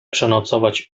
przenocować